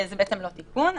זה בעצם לא תיקון.